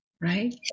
Right